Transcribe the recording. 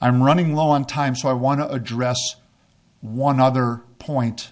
i'm running low on time so i want to address one other point